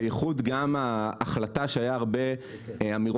בייחוד ההחלטה שהיו הרבה אמירות